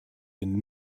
den